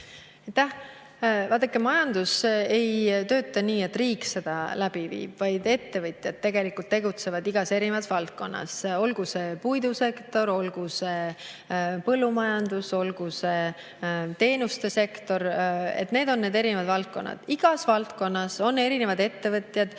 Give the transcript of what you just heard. Aitäh! Vaadake, majandus ei tööta nii, et riik seda läbi viib, vaid ettevõtjad tegutsevad igas valdkonnas, olgu see puidusektor, olgu see põllumajandus, olgu see teenuste sektor. Need on need erinevad valdkonnad. Igas valdkonnas on erinevaid ettevõtjaid: